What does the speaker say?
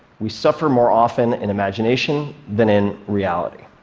we suffer more often in imagination than in reality,